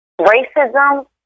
racism